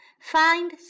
find